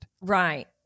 Right